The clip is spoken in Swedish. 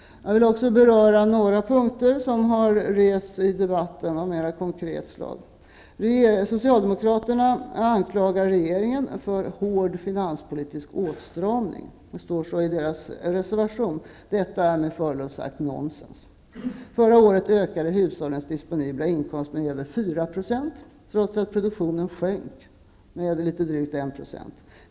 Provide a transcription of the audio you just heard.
Jag vill också beröra några konkreta frågor som rests i debatten. Socialdemokraterna anklagar regeringen för hård finanspolitisk åtstramning. Det står så i deras reservation. Detta är med förlov sagt nonsens. Förra året ökade hushållens disponibla inkomst med över 4 % trots att produktionen sjönk med litet drygt 1 %.